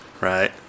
right